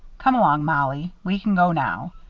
come along, mollie, we can go now.